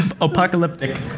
Apocalyptic